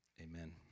Amen